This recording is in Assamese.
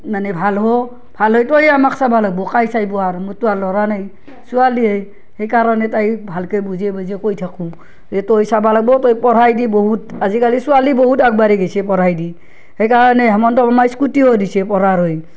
মানে ভাল হ' ভাল হৈ তই আমাক চাব লাগব' কাই চাইব আৰু মোৰতো আৰু ল'ৰা নাই ছোৱালীয়েই সেই কাৰণে তাইক ভালকে বুজাই বুজাই কৈ থাকোঁ যে তই চাবা লাগব' তই পঢ়াই দি বহুত আজিকালি ছোৱালী বহুত আগবাঢ়ি গৈছে পঢ়াই দি সেই কাৰণে হেমন্ত শৰ্মাই স্কুটিও দিছে পঢ়াৰ হৈ